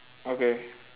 okay